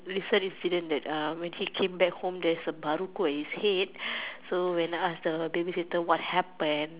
recent incident that uh when she came back home there's a Baluku on his head so when I ask the babysitter what happened